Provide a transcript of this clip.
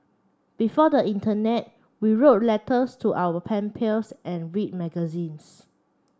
before the internet we wrote letters to our pen pals and read magazines